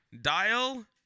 Dial